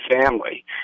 family